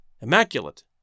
immaculate